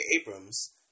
Abrams